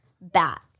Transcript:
bat